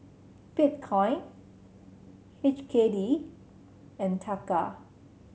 Bitcoin H K D and Taka